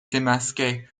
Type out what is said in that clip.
démasqué